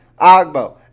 Agbo